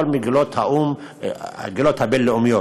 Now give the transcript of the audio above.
המגילות הבין-לאומיות,